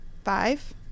five